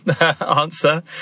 answer